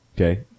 Okay